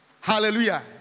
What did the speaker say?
Hallelujah